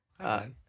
hi